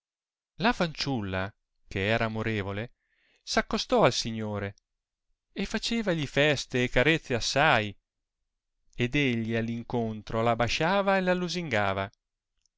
la fanciulla che era amorevole s'accostò al signore e facevagli feste e carezze assai ed egli all incontro la basciava e lusingava